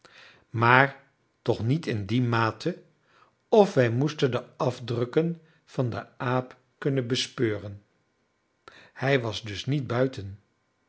maar toch niet in die mate of wij moesten de afdrukken van den aap kunnen bespeuren hij was dus niet buiten